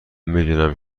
میدونم